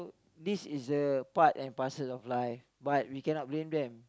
this is a part and parcel of life but we can not blame them